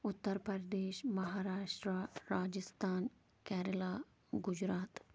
Uttar Pradesh Maharashtra Rajasthan Kerala Gujarat